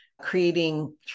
creating